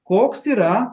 koks yra